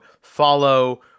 follow